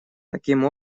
таким